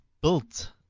built